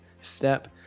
step